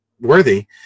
worthy